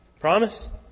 Promise